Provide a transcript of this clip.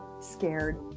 scared